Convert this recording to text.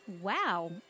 Wow